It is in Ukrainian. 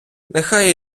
нехай